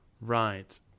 right